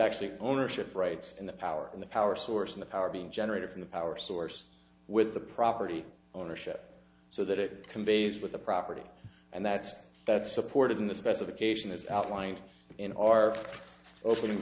actually ownership rights in the power and the power source of the power being generated from the power source with the property ownership so that it conveys with the property and that's that's supported in the specification as outlined in our opening